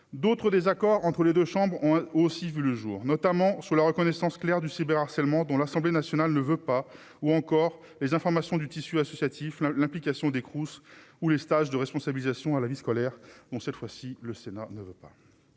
d'autres désaccords entre les 2 chambres, on a aussi vu le jour, notamment sur la reconnaissance claire du cyber harcèlement dont l'Assemblée nationale ne veut pas ou encore les informations du tissu associatif, l'implication des Cruz ou les stage de responsabilisation, à la vie scolaire, ont cette fois-ci, le Sénat ne veut pas,